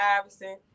Iverson